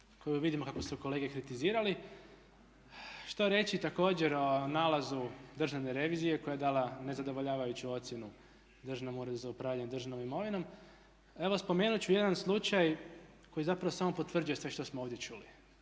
koju vidimo kako su kolege kritizirali. Što reći također o nalazu državne revizije koja je dala nezadovoljavajuću ocjenu Državnom uredu za upravljanje državnom imovinom? Evo spomenuti ću jedan slučaj koji zapravo samo potvrđuje sve što smo ovdje čuli